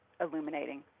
illuminating